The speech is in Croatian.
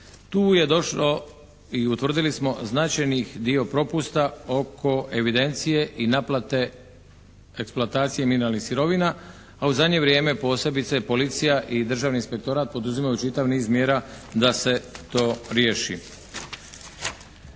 Tu je došlo i utvrdili smo značajnih dio propusta oko evidencije i naplate eksploatacije mineralnih sirovina, a u zadnje vrijeme posebice policija i Državni inspektorat poduzimaju čitav niz mjera da se to riješi.